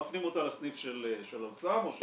מפנים אותה לסניף של "אל סם" או של שבי.